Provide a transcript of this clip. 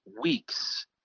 weeks